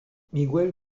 miguel